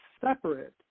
separate